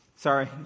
Sorry